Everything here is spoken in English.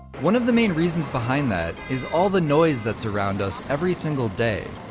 one of the main reasons behind that is all the noise that's around us every single day.